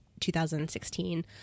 2016